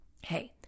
Hey